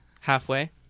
halfway